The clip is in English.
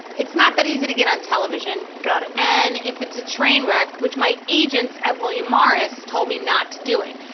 it's not that easy to get on television got it. and if it's a train wreck, which my agents at william morris told me not to do it.